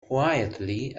quietly